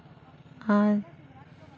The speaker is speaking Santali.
ᱟᱨ